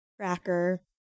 cracker